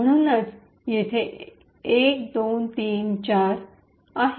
म्हणूनच येथे १ २ ३ आणि ४ आहे